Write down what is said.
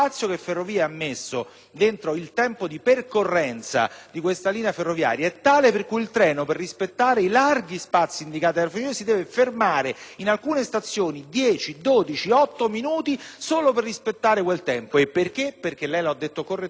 messo nel tempo di percorrenza di questa linea ferroviaria è tale per cui il treno, per rispettare i larghi spazi indicati da Ferrovie, si deve fermare in alcune stazioni 8, 10 o 12 minuti solo per rispettare quel tempo; e perché? Perché, come lei ha detto correttamente all'inizio della sua risposta,